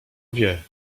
wie